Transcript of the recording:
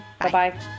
bye-bye